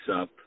up